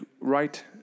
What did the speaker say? right